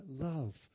love